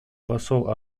посол